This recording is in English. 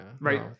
right